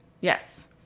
Yes